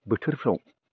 बोथोरफ्राव